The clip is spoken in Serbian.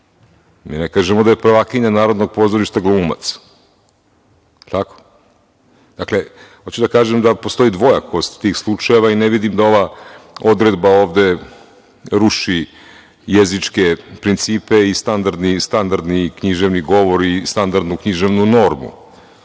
Ne kažemo da je prvakinja narodnog pozorišta „glumac“. Da li je tako? Dakle, hoću da kažem da postoji dvojakost tih slučajeva i ne vidim da ova odredba ovde ruši jezičke principe i standardni književni govori i standardnu književnu normu.